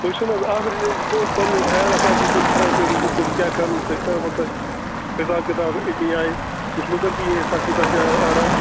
تُہۍ چھُو حظ اَتھ رِلیٹِڈ کٔہٕنٛۍ پنٕنِس ہایَر ایتھارٹیٖز کُن کَران کیٚنٛہہ رجوٗع تِم کیٛاہ کَرَن تۄہہِ حِسابِ کِتابہٕ أمی آیہِ یُتھ لُکَن تہ یِیہِ ہے سختی تۄہہِ تہِ یِیہِ آرام